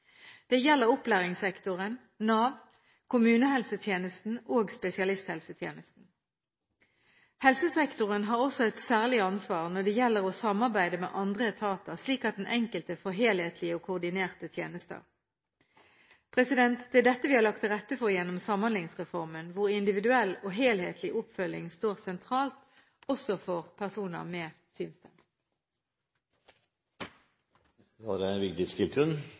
Det gjelder opplæringssektoren, Nav, kommunehelsetjenesten og spesialisthelsetjenesten. Helsesektoren har også et særlig ansvar når det gjelder å samarbeide med andre etater, slik at den enkelte får helhetlige og koordinerte tjenester. Det er dette vi har lagt til rette for gjennom Samhandlingsreformen, hvor individuell og helhetlig oppfølging står sentralt, også for personer med